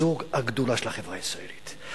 זו הגדולה של החברה הישראלית.